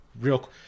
real